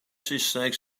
saesneg